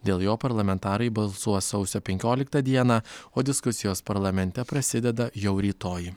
dėl jo parlamentarai balsuos sausio penkioliktą dieną o diskusijos parlamente prasideda jau rytoj